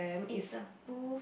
it's a booth